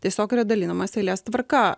tiesiog yra dalinimas eilės tvarka